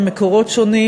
ממקורות שונים,